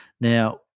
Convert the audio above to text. now